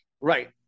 Right